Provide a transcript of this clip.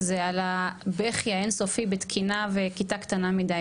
זה על הבכי האינסופי בתקינה וכיתה קטנה מדי,